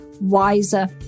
wiser